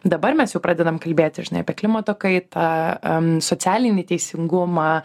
dabar mes jau pradedam kalbėti apie klimato kaitą socialinį teisingumą